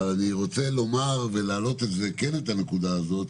אבל אני רוצה לומר ולהעלות כן את הנקודה הזאת,